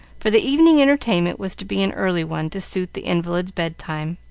for the evening entertainment was to be an early one, to suit the invalids' bedtime.